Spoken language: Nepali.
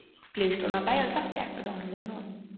प्ले स्टोरमा पाइहाल्छ ट्याक्क डाउनलोड गर्नुहोस्